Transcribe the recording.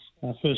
first